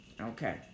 Okay